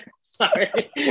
sorry